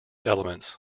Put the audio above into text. elements